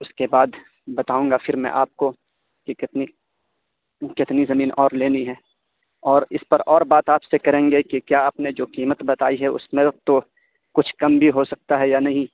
اس کے بعد بتاؤں گا پھر میں آپ کو کہ کتنی کتنی زمین اور لینی ہے اور اس پر اور بات آپ سے کریں گے کہ کیا آپ نے جو قیمت بتائی ہے اس میں تو کچھ کم بھی ہو سکتا ہے یا نہیں